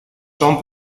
son